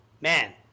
Man